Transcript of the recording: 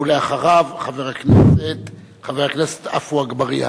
ואחריו, חבר הכנסת עפו אגבאריה.